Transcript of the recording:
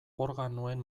organoen